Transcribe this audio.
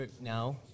now